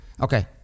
Okay